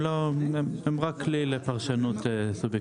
זה רק כלי לפרשנות.